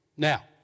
Now